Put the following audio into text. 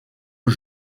aux